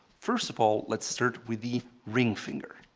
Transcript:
first of all, let's start with the ring finger.